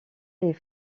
est